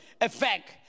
effect